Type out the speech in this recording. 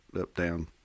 up-down